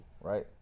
right